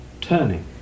turning